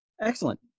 Excellent